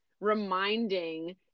reminding